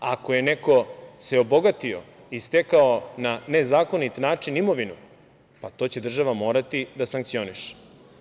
Ako se neko obogatio i stekao na nezakonit način imovinu, to će država morati da sankcioniše.